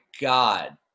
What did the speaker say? god